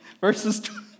Verses